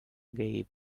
gay